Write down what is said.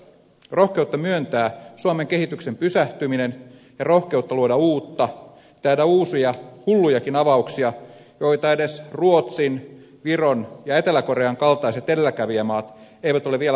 rohkeutta myöntää suomen kehityksen pysähtyminen ja rohkeutta luoda uutta tehdä uusia hullujakin avauksia joita edes ruotsin viron ja etelä korean kaltaiset edelläkävijämaat eivät ole vielä uskaltaneet tehdä